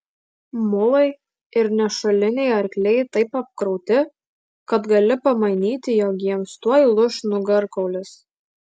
mulai ir nešuliniai arkliai taip apkrauti kad gali pamanyti jog jiems tuoj lūš nugarkaulis